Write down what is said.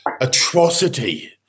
atrocity